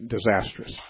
disastrous